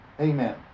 Amen